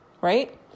Right